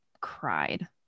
cried